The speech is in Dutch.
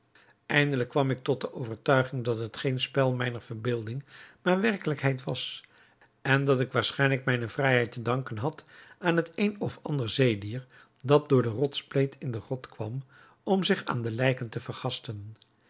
eindelijk kwam ik tot de overtuiging dat het geen spel mijner verbeelding maar werkelijkheid was en dat ik waarschijnlijk mijne vrijheid te danken had aan het een of ander zeedier dat door de rotsspleet in de grot kwam om zich aan de lijken te vergasten